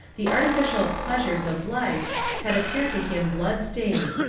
the artificial pleasures of life had appeared to him blood-stained,